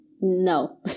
No